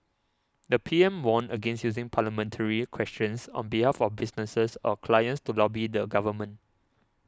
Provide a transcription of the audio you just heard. the P M warned against using parliamentary questions on behalf of businesses or clients to lobby the government